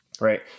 right